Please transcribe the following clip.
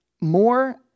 more